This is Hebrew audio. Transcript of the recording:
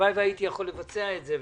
הלוואי והייתי יכול לבצע את זה.